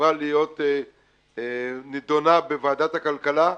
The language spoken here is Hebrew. עברה להידון בוועדת הכלכלה.